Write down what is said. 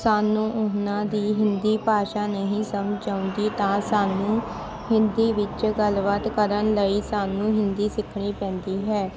ਸਾਨੂੰ ਉਹਨਾਂ ਦੀ ਹਿੰਦੀ ਭਾਸ਼ਾ ਨਹੀਂ ਸਮਝ ਆਉਂਦੀ ਤਾਂ ਸਾਨੂੰ ਹਿੰਦੀ ਵਿੱਚ ਗੱਲਬਾਤ ਕਰਨ ਲਈ ਸਾਨੂੰ ਹਿੰਦੀ ਸਿੱਖਣੀ ਪੈਂਦੀ ਹੈ